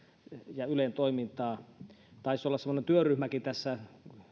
ja ylen toimintaa taisi olla semmoinen työryhmäkin tässä